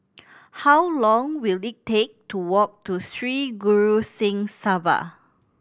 how long will it take to walk to Sri Guru Singh Sabha